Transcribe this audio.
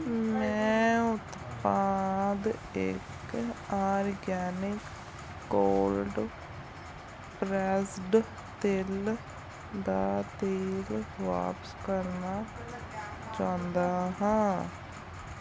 ਮੈਂ ਉਤਪਾਦ ਇੱਕ ਆਰਗੈਨਿਕ ਕੋਲਡ ਪ੍ਰੈੱਸਡ ਤਿਲ ਦਾ ਤੇਲ ਵਾਪਸ ਕਰਨਾ ਚਾਹੁੰਦਾ ਹਾਂ